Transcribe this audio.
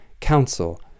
council